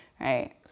right